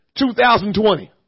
2020